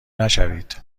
نشوید